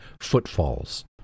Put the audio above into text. footfalls